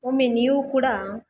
ಒಮ್ಮೆ ನೀವೂ ಕೂಡ